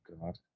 God